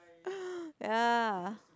ya